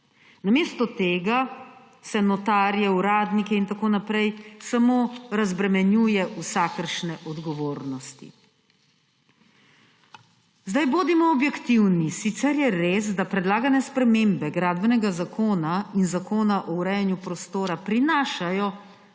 Namesto tega se notarje, uradnike in tako naprej samo razbremenjuje vsakršne odgovornosti. Bodimo objektivni. Sicer je res, da predlaganega spremembe Gradbenega zakona in Zakona o urejanju prostora prinašajo